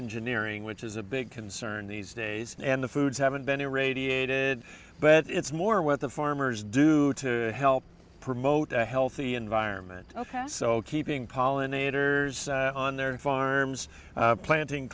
engineering which is a big concern these days and the foods haven't been irradiated but it's more what the farmers do to help promote a healthy environment past so keeping pollinators on their farms planting